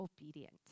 Obedient